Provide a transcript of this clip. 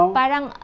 parang